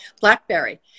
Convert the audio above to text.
BlackBerry